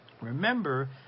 Remember